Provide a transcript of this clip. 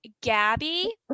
Gabby